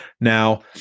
Now